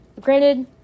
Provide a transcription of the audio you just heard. granted